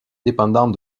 dépendant